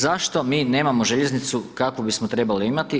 Zašto mi nemamo željeznicu kakvu bismo trebali imati?